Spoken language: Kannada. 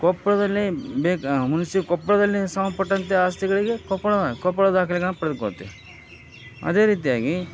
ಕೊಪ್ಪಳದಲ್ಲಿ ಬೇಕ್ ಮುನ್ಸಿ ಕೊಪ್ಪಳದಲ್ಲಿ ಸಂಬಂಧಪಟ್ಟಂತೆ ಆಸ್ತಿಗಳಿಗೆ ಕೊಪ್ಪಳ ಕೊಪ್ಪಳ ದಾಖಲೆಗಳನ್ನು ಪಡೆದುಕೊಳ್ತೀವಿ ಅದೇ ರೀತಿಯಾಗಿ